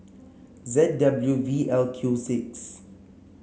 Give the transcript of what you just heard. Z W V L Q six